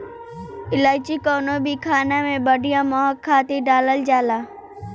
इलायची कवनो भी खाना में बढ़िया महक खातिर डालल जाला